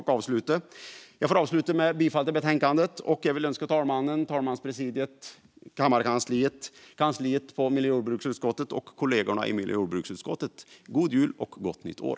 Jag avslutar med att yrka bifall till förslaget i betänkandet. Jag vill också önska talmannen, talmanspresidiet, kammarkansliet, miljö och jordbruksutskottets kansli och kollegorna i miljö och jordbruksutskottet en god jul och ett gott nytt år.